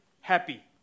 happy